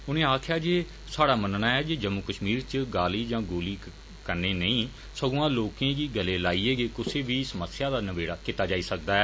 उनें आक्खेआ जे साड़ा मनना ऐ जे जम्मू कष्मीर च गाली या गोली कन्ने नेई सगुआ लोकें गी गले लाइये गै कुसै बी समस्या दा नबेड़ा कीता जाई सकदा ऐ